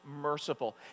merciful